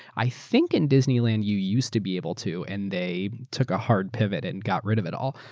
i think in disneyland you used to be able to and they took a hard pivot and got rid of it all.